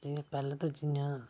जियां पैह्ले ते जियां